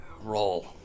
Roll